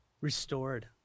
restored